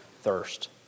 thirst